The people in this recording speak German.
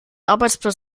arbeitsplatz